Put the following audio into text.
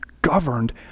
governed